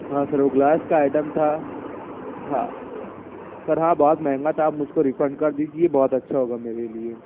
ہاں سر وہ گلاس کا آئٹم تھا ہاں سر ہاں بہت مہنگا تھا آپ مجھ کو ریفنڈ کر دیجیے بہت اچھا ہوگا میرے لیے